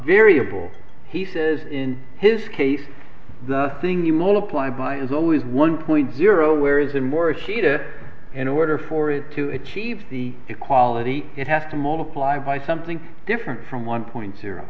variable he says in his case the thing you multiply by is always one point zero where is a more ishida in order for it to achieve the equality it has to multiply by something different from one point zero